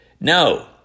No